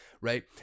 right